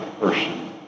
person